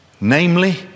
namely